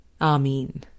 Amen